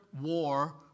war